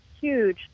huge